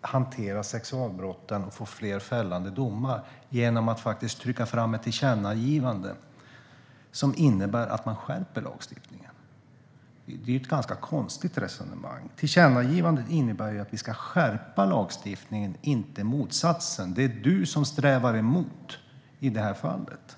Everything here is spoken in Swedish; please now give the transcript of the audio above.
hantera sexualbrotten och få fler fällande domar genom att trycka fram ett tillkännagivande som innebär att man skärper lagstiftningen. Det är ett ganska konstigt resonemang. Tillkännagivandet innebär ju att vi ska skärpa lagstiftningen, inte motsatsen. Det är Annika Hirvonen Falk som strävar emot i det här fallet.